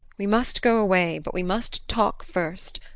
we must go away, but we must talk first.